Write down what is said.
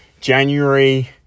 January